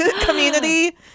community